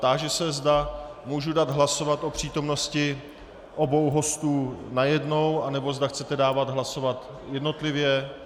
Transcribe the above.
Táži se, zda můžu dát hlasovat o přítomnosti obou hostů najednou, nebo zda chcete dávat hlasovat jednotlivě.